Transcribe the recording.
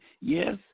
yes